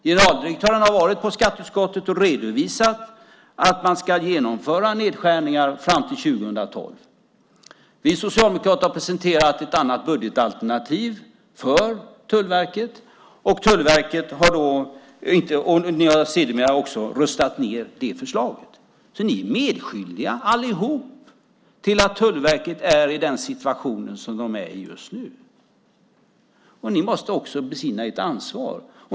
Generaldirektören har varit i skatteutskottet och redovisat att man ska genomföra nedskärningar fram till 2012. Vi socialdemokrater har presenterat ett budgetalternativ för Tullverket. Ni har röstat ned det förslaget. Ni är allihop medskyldiga till att Tullverket är i den situation man är just nu. Ni måste också besinna ert ansvar.